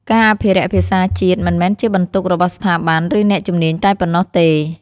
ការអភិរក្សភាសាជាតិមិនមែនជាបន្ទុករបស់ស្ថាប័ន ឬអ្នកជំនាញតែប៉ុណ្ណោះទេ ។